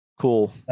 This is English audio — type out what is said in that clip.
Cool